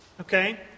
okay